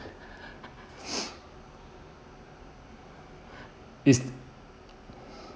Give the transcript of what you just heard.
it's